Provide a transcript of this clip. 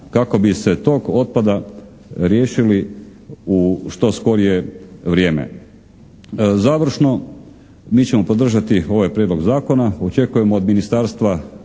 kako bi se tog otpada riješili u što skorije vrijeme. Završno, mi ćemo podržati ovaj prijedlog zakona. Očekujemo od ministarstva